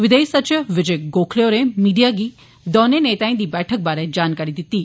विदेश सचिव विजय गोखले होरें मीडिया गी दौने नेताएं दी बैठक बारै जानकारी दिती